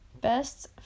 best